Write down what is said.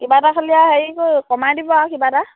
কিবা এটা খালি আৰু হেৰি কৰি কমাই দিব আৰু কিবা এটা